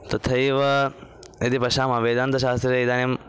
तथैव यदि पश्यामः वेदान्तशास्त्रे इदानीं